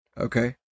Okay